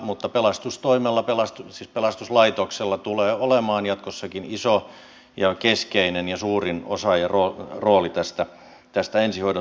mutta pelastuslaitoksella tulee olemaan jatkossakin iso keskeinen ja suurin osa ja rooli tässä ensihoidon tuottamisessa